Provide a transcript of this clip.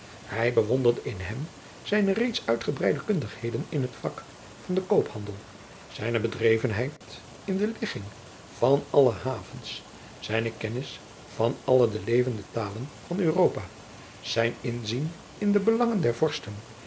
hij bewonderde in hem zijne reeds uitgebreide kundigheden in het vak van den koophandel zijne bedreadriaan loosjes pzn het leven van maurits lijnslager venheid in de ligging van alle de havens zijne kennis van alle de levende talen van europa zijn inzien in de belangen der vorsten